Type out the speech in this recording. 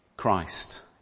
Christ